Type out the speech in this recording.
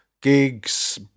gigs